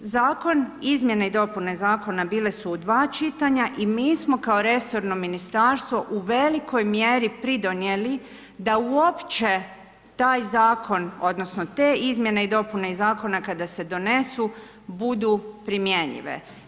Izmjene i dopuna zakona bile su u dva čitanja i mi smo kao resorno ministarstvo u velikoj mjeri pridonijeli da uopće taj zakon odnosno te izmjene i dopuna zakona kada se donesu, budu primjenjive.